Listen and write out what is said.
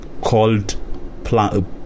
called